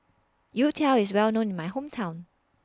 Youtiao IS Well known in My Hometown